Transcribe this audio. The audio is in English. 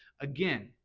again